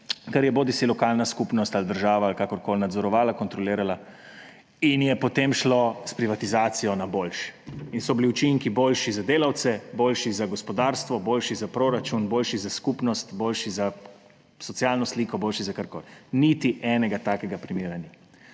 kar je bodisi lokalna skupnost ali država ali kakorkoli nadzorovala, kontrolirala, in je potem šlo s privatizacijo na boljše in so bili učinki boljši za delavce, boljši za gospodarstvo, boljši za proračun, boljši za skupnost, boljši za socialno sliko, boljši za karkoli. Niti enega takega primera ni.